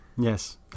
Yes